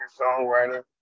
songwriter